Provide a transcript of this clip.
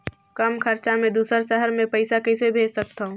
कम खरचा मे दुसर शहर मे पईसा कइसे भेज सकथव?